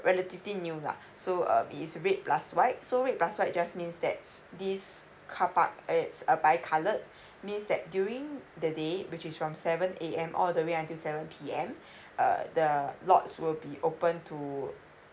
relatively new lah so um is red plus white so red plus white just means that this carpark it's uh bi coloured means that during the day which is from seven A_M all the way until seven P_M uh the lots will be open to